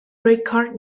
record